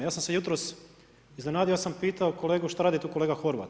Ja sam se jutros iznenadio, ja sam pitao kolegu što radi tu kolega Horvat.